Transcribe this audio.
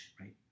right